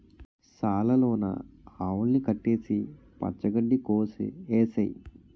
సాల లోన ఆవుల్ని కట్టేసి పచ్చ గడ్డి కోసె ఏసేయ్